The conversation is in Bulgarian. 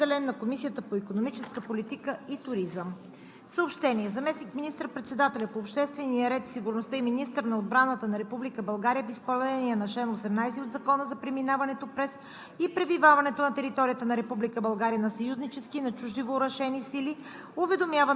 дискусия и сигурност на доставките към Министерския съвет. Вносител – Министерският съвет. Разпределен е на Комисията по икономическа политика и туризъм.